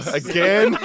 again